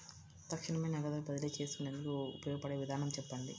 తక్షణమే నగదు బదిలీ చేసుకునేందుకు ఉపయోగపడే విధానము చెప్పండి?